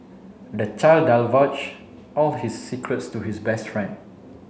the child divulged all his secrets to his best friend